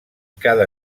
cada